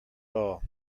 all